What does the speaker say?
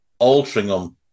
Altrincham